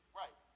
right